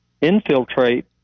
infiltrate